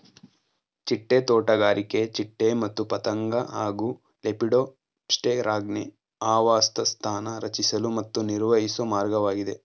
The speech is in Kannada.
ಚಿಟ್ಟೆ ತೋಟಗಾರಿಕೆ ಚಿಟ್ಟೆ ಮತ್ತು ಪತಂಗ ಹಾಗೂ ಲೆಪಿಡೋಪ್ಟೆರಾನ್ಗೆ ಆವಾಸಸ್ಥಾನ ರಚಿಸಲು ಮತ್ತು ನಿರ್ವಹಿಸೊ ಮಾರ್ಗವಾಗಿದೆ